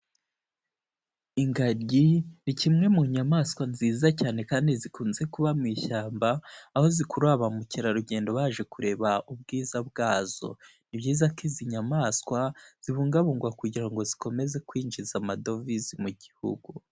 Ingagi ni kimwe mu nyamaswa nziza cyane kandi zikunze kuba mu ishyamba, aho zikurura bamukerarugendo baje kureba ubwiza bwazo. Ni byiza ko izi nyamaswa zibungabungwa kugira ngo zikomeze kwinjiza amadovize mu gihugu.